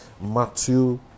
Matthew